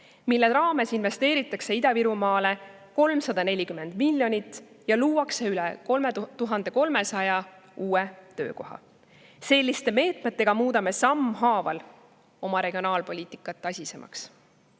mille abil investeeritakse Ida-Virumaale 340 miljonit ja luuakse üle 3300 uue töökoha. Selliste meetmetega muudame sammhaaval oma regionaalpoliitikat asisemaks.